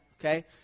Okay